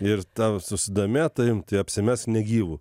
ir tau susidomėjo tavim tai apsimesk negyvu